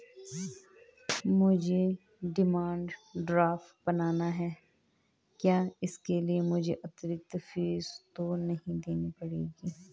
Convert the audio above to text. मुझे demand draft बनाना है क्या इसके लिए मुझे अतिरिक्त फीस तो नहीं देनी पड़ेगी?